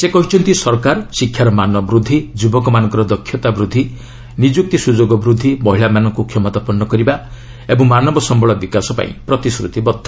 ସେ କହିଛନ୍ତି ସରକାର ଶିକ୍ଷାର ମାନ ବୃଦ୍ଧି ଯୁବକମାନଙ୍କ ଦକ୍ଷତା ବୃଦ୍ଧି ନିଯୁକ୍ତି ସୁଯୋଗ ବୃଦ୍ଧି ମହିଳାମାନଙ୍କୁ କ୍ଷମତାପନ୍ନ କରିବା ଓ ମାନବସ୍ୟଳ ବିକାଶ ପାଇଁ ପ୍ରତିଶ୍ରତିବଦ୍ଧ